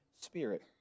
Spirit